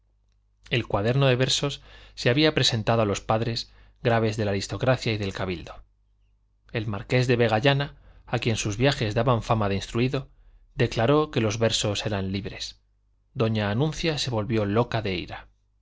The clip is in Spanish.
el cuaderno de versos se había presentado a los padres graves de la aristocracia y del cabildo el marqués de vegallana a quien sus viajes daban fama de instruido declaró que los versos eran libres doña anuncia se volvía loca de ira